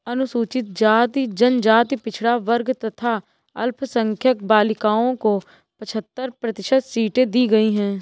अनुसूचित जाति, जनजाति, पिछड़ा वर्ग तथा अल्पसंख्यक बालिकाओं को पचहत्तर प्रतिशत सीटें दी गईं है